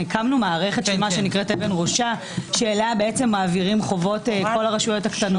הקמנו מערכת שנקראת אבן ראשה שאליה מעבירים חובות כל הרשויות הקטנות.